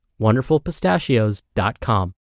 wonderfulpistachios.com